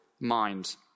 mind